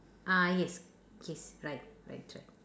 uh yes yes right right right